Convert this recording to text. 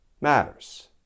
matters